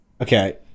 Okay